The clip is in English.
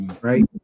right